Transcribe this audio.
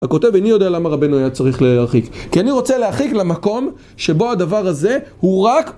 הכותב איני יודע למה רבנו היה צריך להרחיק כי אני רוצה להרחיק למקום שבו הדבר הזה הוא רק